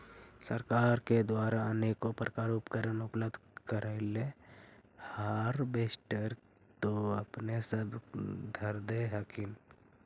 सरकार के द्वारा अनेको प्रकार उपकरण उपलब्ध करिले हारबेसटर तो अपने सब धरदे हखिन?